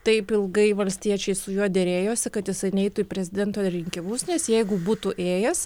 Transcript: taip ilgai valstiečiai su juo derėjosi kad jisai neitų į prezidento rinkimus nes jeigu būtų ėjęs